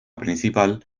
principal